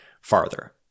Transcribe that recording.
farther